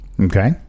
Okay